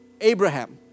Abraham